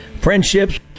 friendships